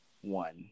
one